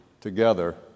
together